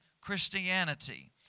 Christianity